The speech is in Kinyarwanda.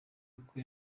uko